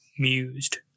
Mused